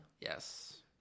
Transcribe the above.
Yes